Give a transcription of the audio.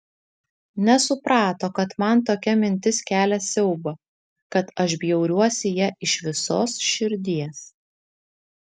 nesuprato kad man tokia mintis kelia siaubą kad aš bjauriuosi ja iš visos širdies